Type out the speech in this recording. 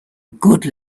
good